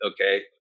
okay